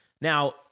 now